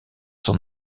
sont